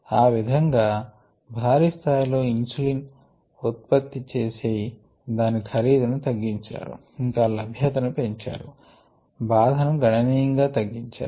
ఆ విధం గా భారీ స్థాయి లో ఇన్సులిన్ ని ఉత్పత్తి చేసి దాని ఖరీదు ని తగ్గించారు ఇంకా లభ్యతను పెంచారు భాధ ను గణనీయంగా తగ్గించారు